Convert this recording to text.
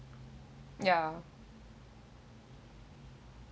ya